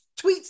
tweets